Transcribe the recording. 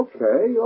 Okay